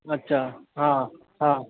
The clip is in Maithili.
अच्छा हँ हँ